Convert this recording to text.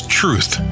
truth